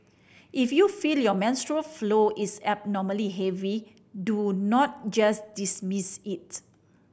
if you feel your menstrual flow is abnormally heavy do not just dismiss it